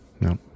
no